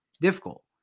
difficult